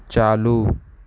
چالو